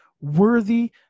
worthy